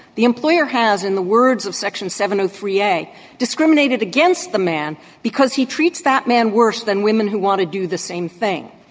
the employer has, in the words of section seventy three, they discriminated against the man because he treats that man worse than women who want to do the same thing.